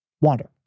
wander